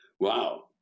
Wow